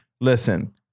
listen